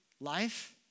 life